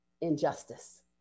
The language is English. injustice